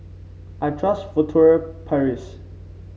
I trust Furtere Paris